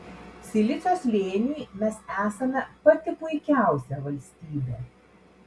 silicio slėniui mes esame pati puikiausia valstybė